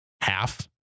half